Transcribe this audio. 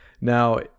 Now